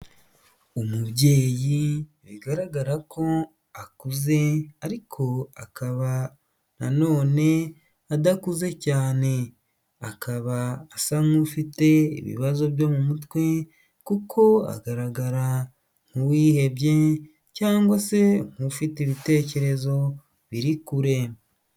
Umubyeyi bigaragara ko akuze ariko akaba na none adakuze cyane, akaba asa nk'ufite ibibazo byo mu mutwe kuko agaragara nk'uwihebye cyangwa se nk'ufite ibitekerezo biri kure.